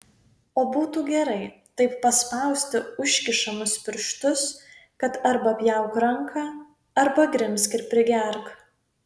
o būtų gerai taip paspausti užkišamus pirštus kad arba pjauk ranką arba grimzk ir prigerk